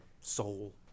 soul